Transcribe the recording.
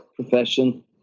profession